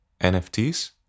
NFTs